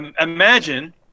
Imagine